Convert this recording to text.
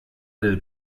del